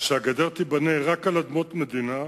שהגדר תיבנה רק על אדמות מדינה,